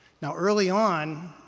now, early on,